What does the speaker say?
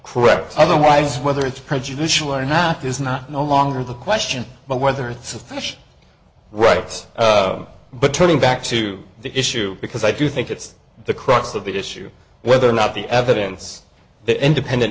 correct otherwise whether it's prejudicial or not is not no longer the question but whether it's a fish rights but turning back to the issue because i do think it's the crux of the issue whether or not the evidence the independent